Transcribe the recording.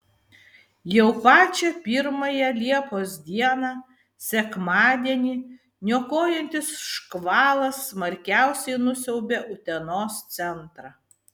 jau pačią pirmąją liepos dieną sekmadienį niokojantis škvalas smarkiausiai nusiaubė utenos centrą